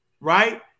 right